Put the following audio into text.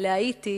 להאיטי